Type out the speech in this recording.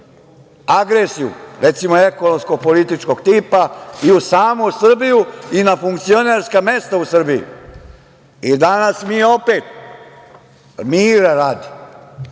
agresiju, recimo ekonomsko političkog tipa, i u samu Srbiju i na funkcionerska mesta u Srbiji. I danas mi opet, mira radi,